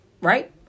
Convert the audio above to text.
right